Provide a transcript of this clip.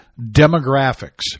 demographics